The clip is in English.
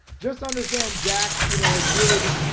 just understand jack you know, has really,